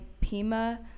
Pima